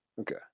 Okay